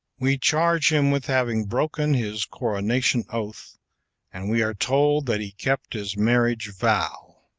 we charge him with having broken his coronation oath and we are told that he kept his marriage vow!